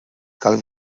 cal